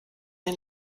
den